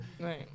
Right